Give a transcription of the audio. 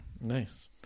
Nice